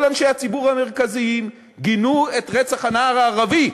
אנשי הציבור המרכזיים גינו את רצח הנער הערבי,